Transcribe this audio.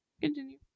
continue